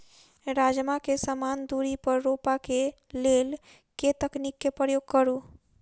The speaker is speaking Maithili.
राजमा केँ समान दूरी पर रोपा केँ लेल केँ तकनीक केँ प्रयोग करू?